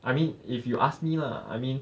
I mean if you ask me lah I mean